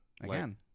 Again